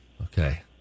okay